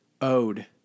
owed